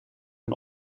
hun